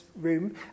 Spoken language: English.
room